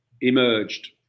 emerged